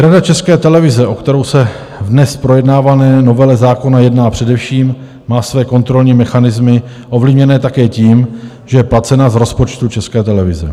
Rada České televize, o kterou se v dnes projednávané novele zákona jedná především, má své kontrolní mechanismy ovlivněné také tím, že je placena z rozpočtu České televize.